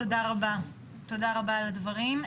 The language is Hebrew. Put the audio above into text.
תודה רבה על הדברים.